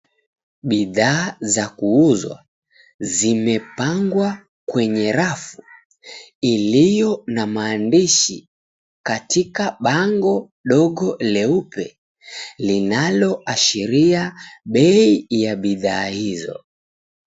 Bidhaa za kuuzwa zimepangwa kwenye rafu iliyo na maandishi katika bango dogo leupe linalo ashiria bei ya bidhaa hizo.